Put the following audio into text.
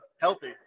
healthy